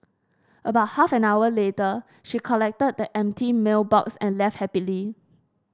about half an hour later she collected the empty meal box and left happily